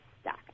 stuck